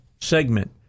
segment